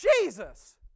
Jesus